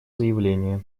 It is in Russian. заявление